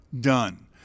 done